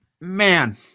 Man